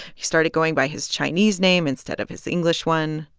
he started going by his chinese name instead of his english one.